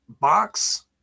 Box